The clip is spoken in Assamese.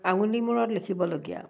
আঙুলিমূৰত লিখিবলগীয়া